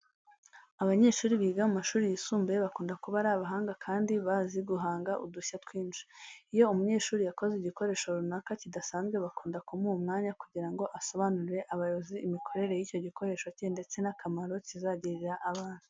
Abanyeshuri biga mu mashuri yisumbuye bakunda kuba ari abahanga kandi bazi guhanga udushya twinshi. Iyo umunyeshuri yakoze igikoresho runaka kidasanzwe bakunda kumuha umwanya kugira ngo asobanurire abayobozi imikorere y'icyo gikoresho cye ndetse n'akamaro kizagirira abantu.